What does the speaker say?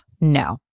No